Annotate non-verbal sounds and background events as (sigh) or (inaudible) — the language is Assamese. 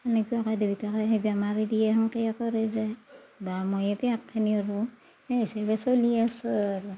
সেনেকুৱাকে দেউতাকে সেই বেমাৰেদি সেনকে কৰি যায় বা ময়ে (unintelligible) কৰোঁ সেই হিচাপে চলি আছো আৰু